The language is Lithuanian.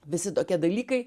visi tokie dalykai